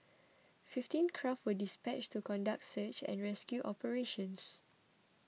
fifteen craft were dispatched to conduct search and rescue operations